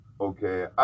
okay